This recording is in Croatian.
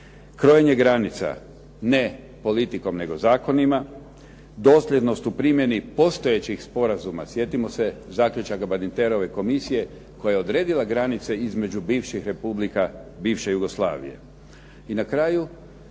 Krojenje granica, ne politikom nego zakonima, dosljednost u primjeni postojećih sporazuma, sjetimo se zaključaka Barniterove komisije koja je odredila granice između bivših republika bivše Jugoslavije. I na kraju